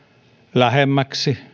lähemmäksi